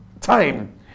time